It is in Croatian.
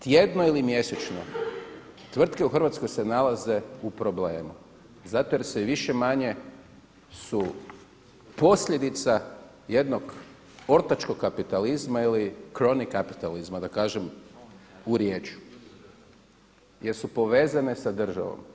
Tjedno ili mjesečno tvrtke u Hrvatskoj se nalaze u problemu zato jer se više-manje su posljedica jednog ortačkog kapitalizma ili cronic kapitalizma da kažem u riječju jer su povezane sa državom.